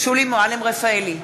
שולי מועלם-רפאלי,